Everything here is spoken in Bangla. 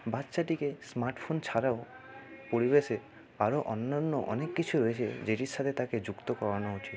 বাচ্চাটিকে স্মার্টফোন ছাড়াও পরিবেশে আরও অন্যান্য অনেক কিছু রয়েছে যেটির সাথে তাকে যুক্ত করানো উচিত